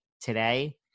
Today